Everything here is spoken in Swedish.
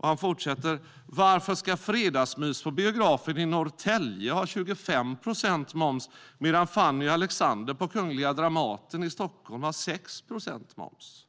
En annan fråga som ställs i diskussionen är: "Varför ska fredagsmys på biografen i Norrtälje ha 25 procents moms medan Fanny och Alexander på Kungliga Dramaten i Stockholm har 6 procents moms?"